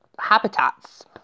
habitats